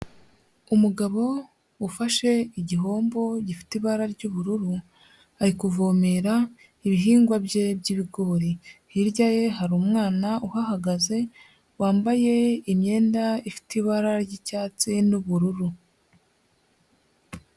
Umugabo ufashe igihombo gifite ibara ry'ubururu, ari kuvomera ibihingwa bye by'ibigori. Hirya ye hari umwana uhagaze, wambaye imyenda ifite ibara ry'icyatsi n'ubururu.